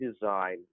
design